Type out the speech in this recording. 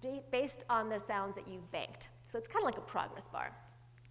day based on the sounds that you faked so it's kind of like a progress bar